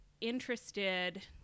interested